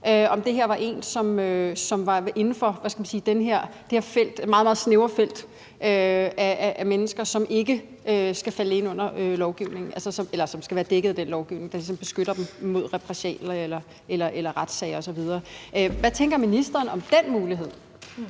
om det her var en, som var inden for det her meget, meget snævre felt af mennesker, som skal være dækket af den lovgivning, der ligesom beskytter dem mod repressalier eller retssager osv. Hvad tænker ministeren om den mulighed?